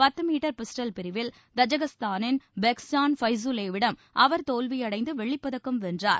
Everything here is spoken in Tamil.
பத்து மீட்டர் பிஸ்டல் பிரிவின் தஜிகிஸ்தானின் பெஹ்ஜான் ஃபைசுலேவிடம் அவர் தோல்வியடைந்து வெள்ளிப் பதக்கம் வென்றார்